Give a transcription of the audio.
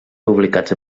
publicats